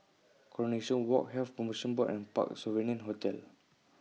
Coronation Walk Health promotion Board and Parc Sovereign Hotel